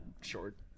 Short